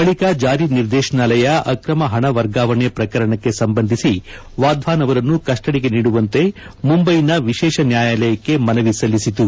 ಬಳಿಕ ಜಾರಿ ನಿರ್ದೇಶನಾಲಯ ಆಕ್ರಮ ಪಣ ವರ್ಗಾವಣೆ ಪ್ರಕರಣಕ್ಕೆ ಸಂಬಂಧಿಸಿ ವಾಧ್ವಾನ್ ಅವರನ್ನು ಕಸ್ಟಡಿಗೆ ನೀಡುವಂತೆ ಮುಂಬೈನ ವಿಶೇಷ ನ್ಕಾಯಾಲಯಕ್ಕೆ ಮನವಿ ಸಲ್ಲಿಸಿತು